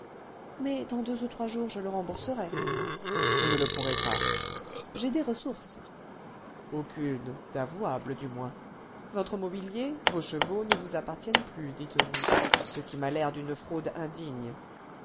mais dans deux ou trois jours je le rembourserai vous ne le pourrez pas j'ai des ressources aucunes d'avouables du moins votre mobilier vos chevaux ne vous appartiennent plus dites-vous ce qui m'a l'air d'une fraude indigne